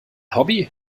hobby